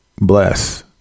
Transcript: bless